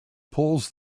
pulls